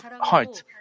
heart